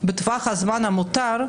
בטווח הזמן המותר,